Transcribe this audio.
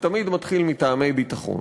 זה תמיד מתחיל מטעמי ביטחון,